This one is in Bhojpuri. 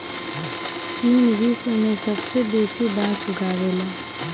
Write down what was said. चीन विश्व में सबसे बेसी बांस उगावेला